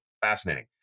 fascinating